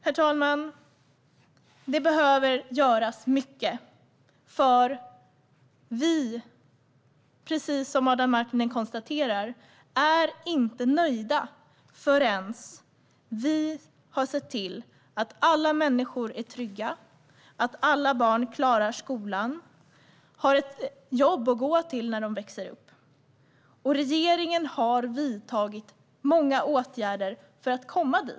Herr talman! Det behöver göras mycket. Vi är, precis som Adam Marttinen konstaterar, inte nöjda förrän vi har sett till att alla människor är trygga och att alla barn klarar skolan och har ett jobb att gå till när de växer upp. Regeringen har vidtagit många åtgärder för att komma dit.